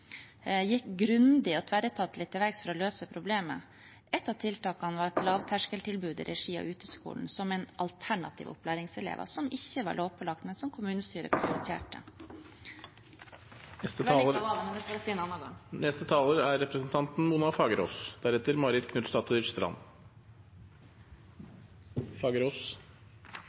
gikk grundig og tverretatlig til verks for å løse problemet. Et av tiltakene var et lavterskeltilbud i regi av Uteskolen, som en alternativ opplæringsarena som ikke var lovpålagt, men som kommunestyret prioriterte . Vellykket var det, men det får jeg si en annen gang. Jeg må få takke representanten